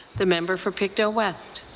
the member for pictou west.